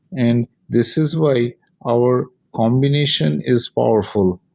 and this is why our combination is powerful.